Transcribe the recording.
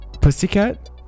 Pussycat